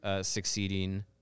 Succeeding